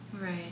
Right